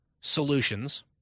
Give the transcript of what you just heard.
solutions